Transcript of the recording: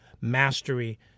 mastery